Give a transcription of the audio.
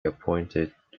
appointed